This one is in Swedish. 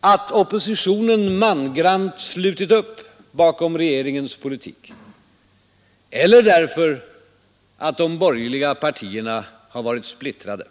att oppositionen mangrant slutit upp bakom regeringens politik eller därför att de borgerliga varit splittrade.